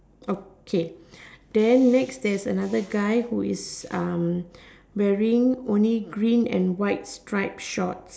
okay then next there's another guy who is um wearing only green and white stripe shorts